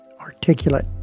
articulate